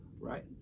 Right